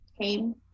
came